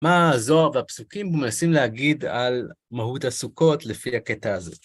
מה הזוהר והפסוקים מנסים להגיד על מהות הסוכות לפי הקטע הזה.